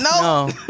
no